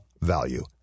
value